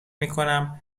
میکنم